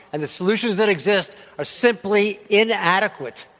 and the solutions that exist are simply inadequate.